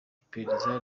iperereza